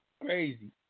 Crazy